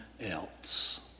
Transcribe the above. else